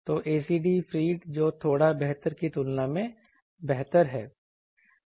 तो ACD feed जो थोड़ा बेहतर की तुलना में बेहतर है